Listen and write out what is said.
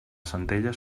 centella